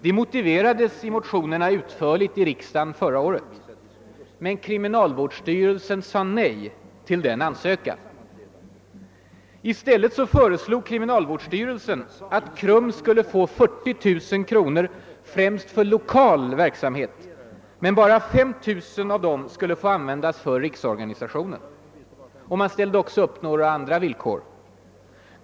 Det motiverades utförligt i en motion till riksdagen förra året. Men kriminalvårdsstyrelsen sade nej till denna ansökan. I stället föreslog kriminalvårdsstyrelsen att KRUM skulle få 40 000 kronor för främst lokal verksamhet, men bara 53000 av dem skulle få användas för riksorganisationen. Det ställdes också några andra villkor.